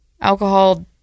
alcohol